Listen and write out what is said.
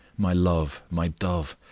my love, my dove,